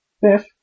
Fifth